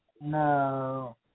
No